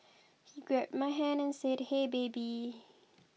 he grabbed my hand and said hey baby